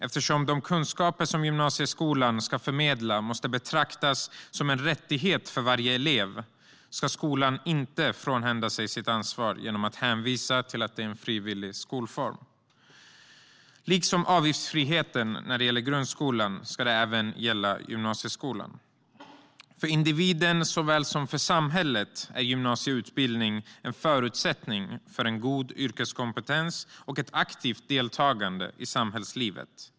Eftersom de kunskaper som gymnasieskolan ska förmedla måste betraktas som en rättighet för varje elev ska skolan inte avhända sig sitt ansvar genom att hänvisa till att det är en frivillig skolform. Avgiftsfrihet, som i grundskolan, ska gälla även gymnasieskolan. För individen såväl som för samhället är gymnasieutbildning en förutsättning för en god yrkeskompetens och ett aktivt deltagande i samhällslivet.